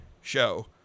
Show